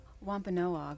Wampanoag